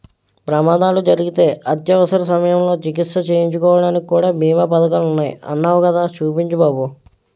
ప్రమాదాలు జరిగితే అత్యవసర సమయంలో చికిత్స చేయించుకోడానికి కూడా బీమా పదకాలున్నాయ్ అన్నావ్ కదా చూపించు బాబు